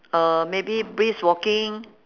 uh maybe brisk walking